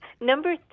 Number